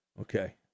Okay